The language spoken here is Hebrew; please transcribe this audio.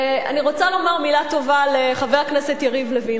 אני רוצה לומר מלה טובה לחבר הכנסת יריב לוין.